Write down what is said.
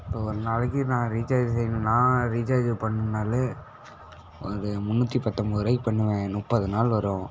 ஒரு நாளைக்கு நான் ரீச்சார்ஜ் செய்யணுன்னா ரீச்சார்ஜ் பண்ணாலே வந்து முன்னூற்றி பத்தொம்பது ரூவாய்க்குப் பண்ணுவேன் முப்பது நாள் வரும்